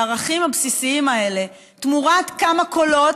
בערכים הבסיסיים האלה תמורת כמה קולות,